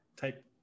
type